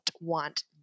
want